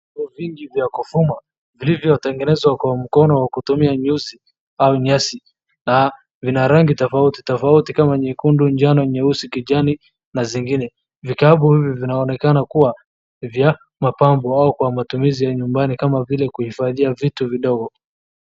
Vikapu vingi vya kufuma, vilivyo tengenezwa kwa mkono wa kutumia nyuzi au nyasi na vina rangi tofauti tofauti kama nyekundu, njano, nyeusi, kijani na zingine. Vikapu hivi vinaonekana kuwa vya mapambo au kwa matumizi ya nyumbani kama vile kuhifadhia vitu vidogo.